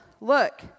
Look